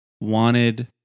wanted